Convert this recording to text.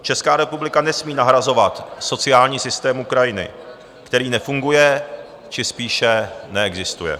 Česká republika nesmí nahrazovat sociální systém Ukrajiny, který nefunguje či spíše neexistuje.